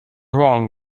wrong